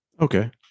Okay